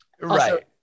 right